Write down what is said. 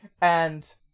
And-